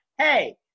Hey